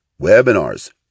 webinars